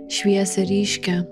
šviesią ryškią